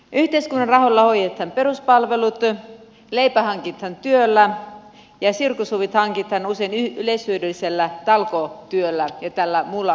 yhteiskunnan rahoilla hoidetaan peruspalvelut leipä hankitaan työllä ja sirkushuvit hankitaan usein yleishyödyllisellä talkootyöllä ja tällä muulla rahanhankinnalla